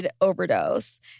overdose